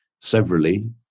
severally